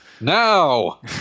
now